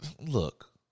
look